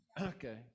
okay